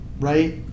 right